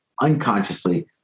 unconsciously